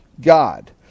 God